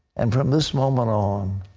and from this moment on,